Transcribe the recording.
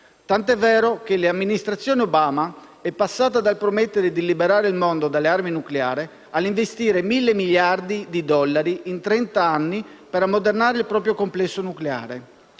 tant'è vero che l'amministrazione Obama è passata dal promettere di liberare il mondo dalle armi nucleari all'investire 1.000 miliardi di dollari in trent'anni per ammodernare il proprio complesso nucleare.